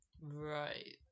right